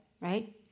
right